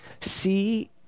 see